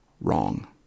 wrong